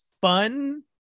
fun